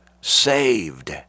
saved